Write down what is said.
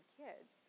kids